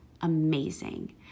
amazing